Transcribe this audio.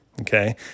Okay